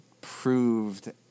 proved